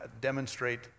demonstrate